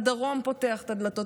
הדרום פותח את הדלתות.